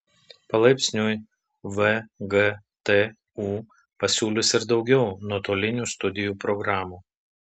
palaipsniui vgtu pasiūlys ir daugiau nuotolinių studijų programų